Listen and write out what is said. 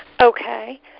Okay